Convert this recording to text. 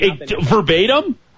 Verbatim